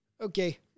Okay